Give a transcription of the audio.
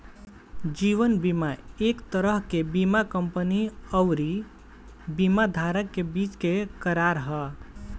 जीवन बीमा एक तरह के बीमा कंपनी अउरी बीमा धारक के बीच के करार ह